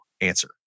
answer